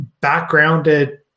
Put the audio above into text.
backgrounded